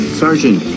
sergeant